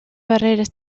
barreres